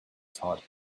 taught